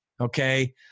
okay